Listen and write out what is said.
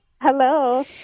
Hello